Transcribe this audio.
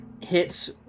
hits